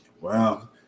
Wow